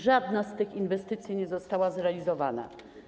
Żadna z tych inwestycji nie została zrealizowana.